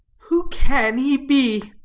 who can he be?